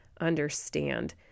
understand